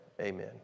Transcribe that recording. amen